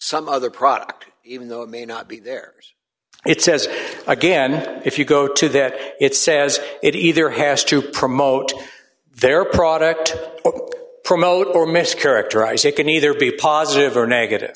some other product even though it may not be there it says again if you go to that it says it either has to promote their product or promote or mischaracterize it can either be positive or negative